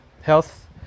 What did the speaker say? health